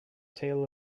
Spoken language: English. tale